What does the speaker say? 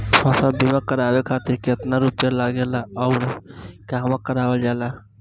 फसल बीमा करावे खातिर केतना रुपया लागेला अउर कहवा करावल जाला?